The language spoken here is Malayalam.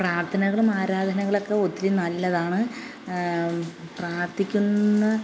പ്രാർഥനകളും ആരാധനകളൊക്കെ ഒത്തിരി നല്ലതാണ് പ്രാർഥിക്കുന്നതും